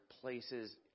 places